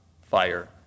fire